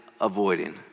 avoiding